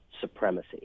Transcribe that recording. supremacy